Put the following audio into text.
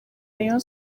rayon